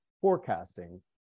forecasting